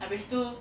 habis tu